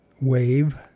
Wave